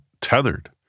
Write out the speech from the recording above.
tethered